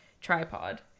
tripod